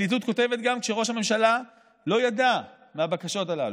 הפרקליטות כותבת גם שראש הממשלה לא ידע מהבקשות הללו,